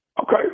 okay